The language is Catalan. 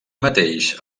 mateix